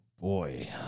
boy